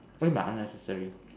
what you mean by unnecessary